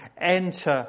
enter